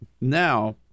now